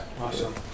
Awesome